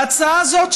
ההצעה הזאת,